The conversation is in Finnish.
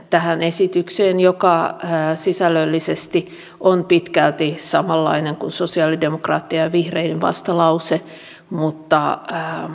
tähän esitykseen vasemmistoliiton vastalauseen joka sisällöllisesti on pitkälti samanlainen kuin sosiaalidemokraattien ja vihreiden vastalause mutta